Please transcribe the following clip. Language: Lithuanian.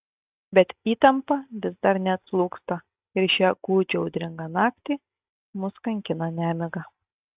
bet įtampa vis dar neatslūgsta ir šią gūdžią audringą naktį mus kankina nemiga